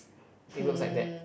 it looks like that